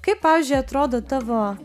kaip pavyzdžiui atrodo tavo